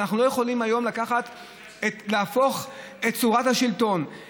ואנחנו לא יכולים היום להפוך את צורת השלטון,